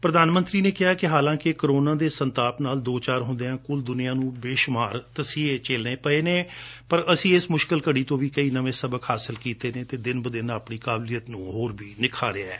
ਪ੍ਰਧਾਨ ਮੰਤਰੀ ਨੇ ਕਿਹਾ ਕਿ ਹਾਲਾਂਕਿ ਕੋਰੋਨਾ ਦੇ ਸੰਤਾਪ ਨਾਲ ਚੋ ਚਾਰ ਹੁੰਦਿਆਂ ਕੁਲ ਦੁਨੀਆ ਨੁੰ ਬੇਸੁਮਾਰ ਤਸੀਹੇ ਝੇਲਣੇ ਪਏ ਨੇ ਪਰ ਅਸੀ ਇਸ ਮੁਸ਼ਕਲ ਘੜੀ ਤੋ ਵੀ ਕਈ ਨਵੇ ਸਬਕ ਹਾਸਲ ਕੀਤੇ ਨੇ ਅਤੇ ਦਿਨ ਬ ਦਿਨ ਆਪਣੀ ਕਾਬਲੀਅਤ ਨੂੰ ਹੋਰ ਵੀ ਨਿਖਾਰਿਆ ਹੈ